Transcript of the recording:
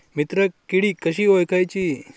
मित्र किडी कशी ओळखाची?